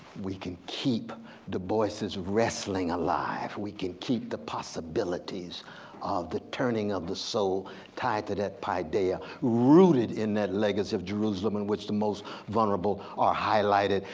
we can keep du bois wrestling alive. we can keep the possibilities of the turning of the soul tied to that paideia, rooted in that legacy of jerusalem in which the most vulnerable are highlighted,